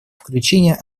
включения